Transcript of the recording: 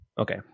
Okay